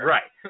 Right